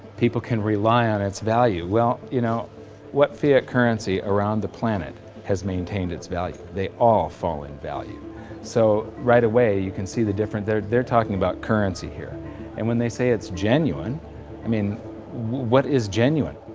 people can rely on its value well you know what fiat currency around the planet has maintained its value? they all fall in value so right away you can see the difference, they're they're talking about currency here and when they say it's genuineei i mean what is genuine?